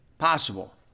possible